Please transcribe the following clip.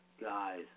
guys